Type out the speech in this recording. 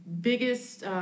biggest